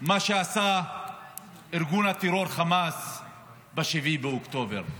מה שעשה ארגון הטרור חמאס ב-7 באוקטובר.